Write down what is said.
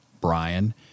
Brian